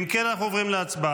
אם כן, אנחנו עוברים להצבעה.